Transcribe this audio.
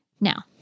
Now